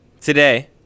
today